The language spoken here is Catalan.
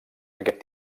aquest